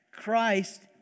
Christ